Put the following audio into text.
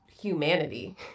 humanity